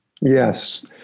Yes